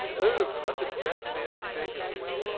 oh, understand me, i beg of you!